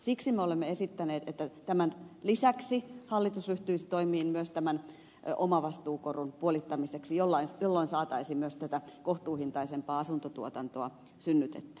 siksi me olemme esittäneet että tämän lisäksi hallitus ryhtyisi toimiin myös tämän omavastuukoron puolittamiseksi jolloin saataisiin myös tätä kohtuuhintaisempaa asuntotuotantoa synnytettyä